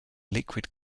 liquid